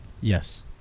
Yes